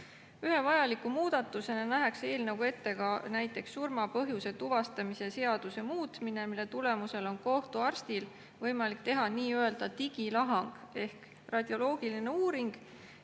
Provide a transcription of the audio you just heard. Ühe vajaliku muudatusena nähakse eelnõuga ette ka näiteks surma põhjuse tuvastamise seaduse muutmine, mille tulemusel on kohtuarstil võimalik teha nii-öelda digilahang ehk radioloogiline uuring,